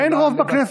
אין רוב בכנסת,